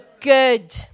good